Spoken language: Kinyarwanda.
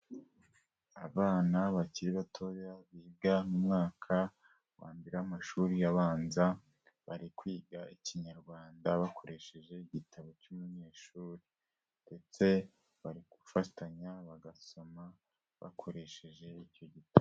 Abana bakiri batoya biga mu mwaka wa mbere w'amashuri abanza, bari kwiga ikinyarwanda bakoresheje igitabo cy'umunyeshuri, ndetse bari gufatanya bagasoma bakoresheje icyo gitabo.